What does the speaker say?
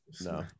no